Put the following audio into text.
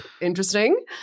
interesting